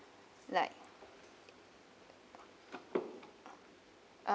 like